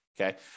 Okay